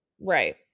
Right